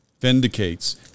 vindicates